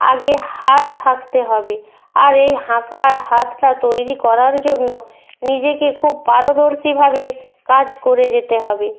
আগে হাত থাকতে হবে আর এই আঁকার হাতটা তৈরি করার জন্য নিজেকে খুব পারদর্শীভাবে কাজ করে যেতে হবে